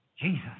Jesus